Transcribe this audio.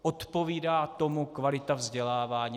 Odpovídá tomu kvalita vzdělávání?